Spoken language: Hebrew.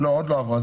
לא, עוד לא עברה.